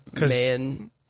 man